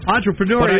Entrepreneur